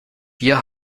wir